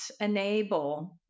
enable